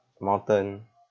mountain